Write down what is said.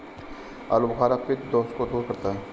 आलूबुखारा पित्त दोष को दूर करता है